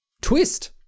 twist